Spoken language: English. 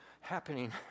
happening